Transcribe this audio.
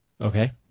Okay